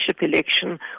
election